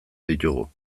ditugu